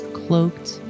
cloaked